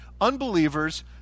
Unbelievers